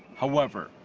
however.